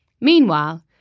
Meanwhile